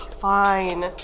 fine